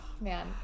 man